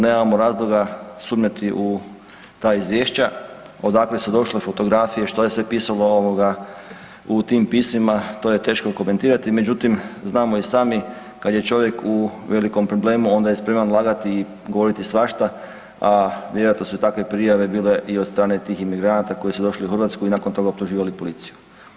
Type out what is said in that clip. Nemamo razloga sumnjati u ta izvješća, odakle su došla, fotografije što je sve pisalo ovoga u tim pismima to je teško komentirati međutim znamo i sami kad je čovjek u velikom problemu onda je spreman lagati i govoriti svašta, a vjerojatno su takve prijave bile i od strane tih migranata koji su došli u Hrvatsku i nakon toga optuživali policiju.